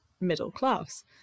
middle-class